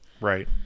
Right